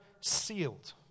sealed